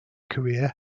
career